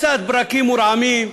קצת ברקים ורעמים,